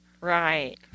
Right